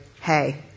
hey